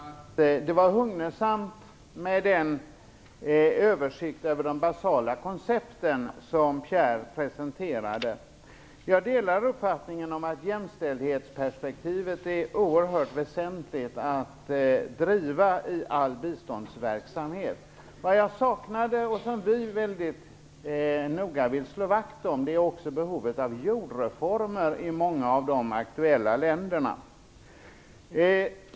Fru talman! Det var hugnesamt att Pierre Schori presenterade en översikt över de basala koncepten. Jag delar uppfattningen att jämställdhetsperspektivet är oerhört väsentligt att driva i all biståndsverksamhet. Vad jag saknade och som vi väldigt noga vill slå vakt om är behovet av jordreformer i många av de aktuella länderna.